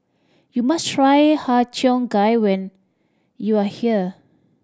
you must try Har Cheong Gai when you are here